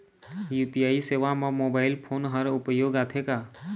UPI सेवा म mobile phone हर उपयोग आथे का?